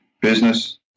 Business